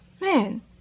Man